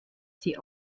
sie